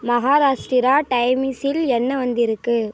மகாராஷ்டிரா டைமிஸில் என்ன வந்திருக்கு